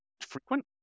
frequent